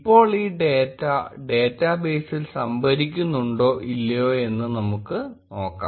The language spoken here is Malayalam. ഇപ്പോൾ ഈ ഡേറ്റ ഡേറ്റാബേസിൽ സംഭരിക്കുന്നുണ്ടോ ഇല്ലയോ എന്ന് നമുക്ക് നോക്കാം